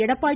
Edappadi